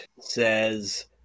says